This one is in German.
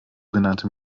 genannte